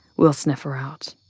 we'll sniff her out.